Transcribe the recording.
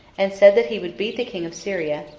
and said that he would beat the king of syria,